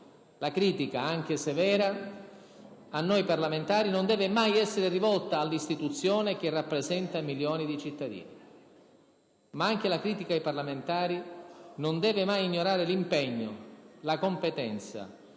La critica, anche severa, a noi parlamentari non deve mai essere rivolta all'istituzione che rappresenta milioni di cittadini. Ma anche la critica ai parlamentari non deve mai ignorare l'impegno, la competenza,